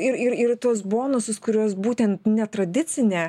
ir ir ir tuos bonusus kuriuos būtent netradicinė